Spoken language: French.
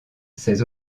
ces